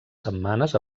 setmanes